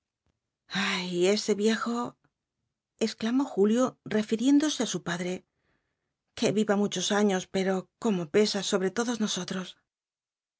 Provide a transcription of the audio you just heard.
ay ese viejo exclamó julio refiriéndose á su padre que viva muchos años pero cómo pesa sobre todos nosotros